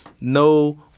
No